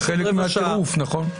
זה חלק מהטירוף, נכון.